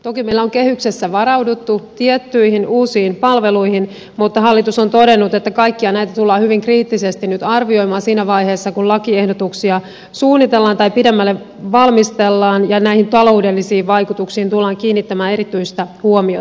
toki meillä on kehyksessä varauduttu tiettyihin uusiin palveluihin mutta hallitus on todennut että kaikkiaan näitä tullaan hyvin kriittisesti nyt arvioimaan siinä vaiheessa kun lakiehdotuksia suunnitellaan tai pidemmälle valmistellaan ja näihin taloudellisiin vaikutuksiin tullaan kiinnittämään erityistä huomiota